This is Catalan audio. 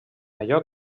allò